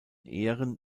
ehren